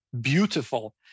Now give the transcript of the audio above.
beautiful